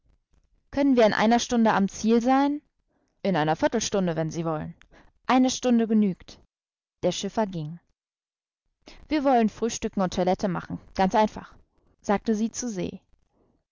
können wir in einer stunde am ziel sein in einer viertelstunde wenn sie wollen eine stunde genügt der schiffer ging wir wollen frühstücken und toilette machen ganz einfach sagte sie zu se